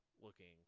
looking